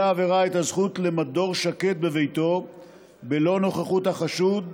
העבירה את הזכות למדור שקט בביתו בלא נוכחות החשוד,